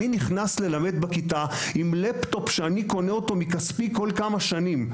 אני נכנס ללמד בכיתה עם לפטופ שאני קונה מכספי כל מספר שנים.